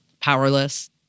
powerless